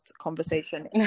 conversation